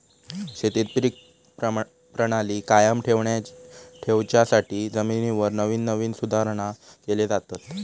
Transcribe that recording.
शेतीत पीक प्रणाली कायम ठेवच्यासाठी जमिनीवर नवीन नवीन सुधारणा केले जातत